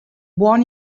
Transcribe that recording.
buon